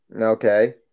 Okay